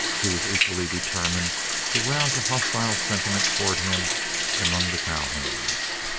he was equally determined to rouse a hostile sentiment towards him among the cowhands.